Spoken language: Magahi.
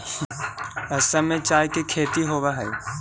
असम में चाय के खेती होवऽ हइ